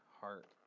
heart